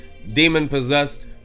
demon-possessed